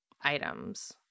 items